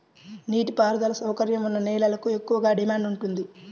నీటి పారుదల సౌకర్యం ఉన్న నేలలకు ఎక్కువగా డిమాండ్ ఉంటుంది